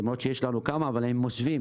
למרות שיש לנו כמה אבל הם מוסווים,